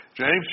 James